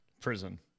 Prison